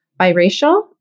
biracial